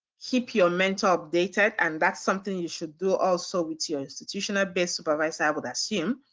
keep your mentor updated and that's something you should do also with your institutional based supervisor, i would assume.